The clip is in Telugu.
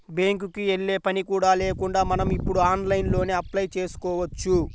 బ్యేంకుకి యెల్లే పని కూడా లేకుండా మనం ఇప్పుడు ఆన్లైన్లోనే అప్లై చేసుకోవచ్చు